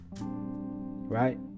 Right